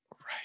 Right